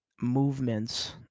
movements